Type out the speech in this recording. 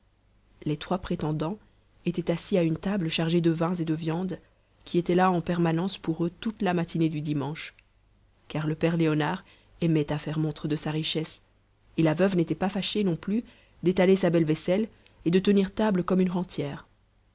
les trois prétendants étaient assis à une table chargée de vins et de viandes qui étaient là en permanence pour eux toute la matinée du dimanche car le père léonard aimait à faire montre de sa richesse et la veuve n'était pas fâchée non plus d'étaler sa belle vaisselle et de tenir table comme une rentière